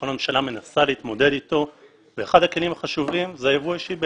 כל הממשלה מנסה להתמודד אתו כאשר אחד הכלים החשובים הוא היבוא האישי.